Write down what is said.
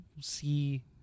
see